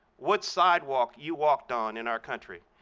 what sidewalk you walked on in our country,